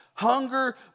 hunger